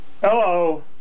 Hello